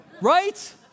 right